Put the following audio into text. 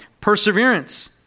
perseverance